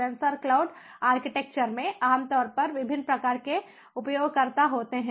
sensor cloud architecture में आमतौर पर विभिन्न प्रकार के उपयोगकर्ता होते हैं